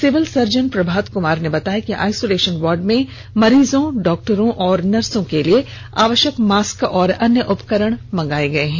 civil surgeon Prabhat Kumar ने बताया कि आईसोलेषन वार्ड में मरीजों डॉक्टरों और नर्सों के लिए आवष्यक मास्क और अन्य उपकरण मंगाये गये हैं